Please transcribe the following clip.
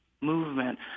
movement